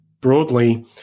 broadly